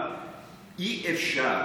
אבל אי-אפשר